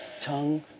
tongue